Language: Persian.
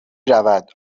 رود